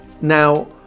Now